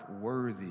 worthy